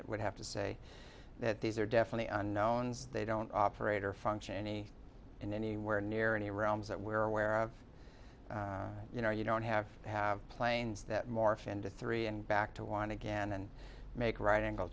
it would have to say that these are definitely unknowns they don't operate or function any in anywhere near any realms that we're aware of you know you don't have to have planes that morph into three and back to want to get in and make right angle